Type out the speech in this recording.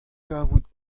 kavout